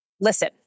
Listen